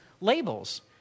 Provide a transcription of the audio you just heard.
labels